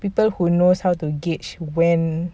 people who knows how to gauge when